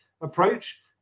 approach